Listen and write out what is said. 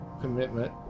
commitment